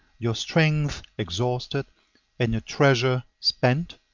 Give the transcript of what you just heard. your strength exhausted and your treasure spent,